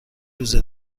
روز